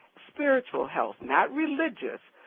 spiritual health, not religious,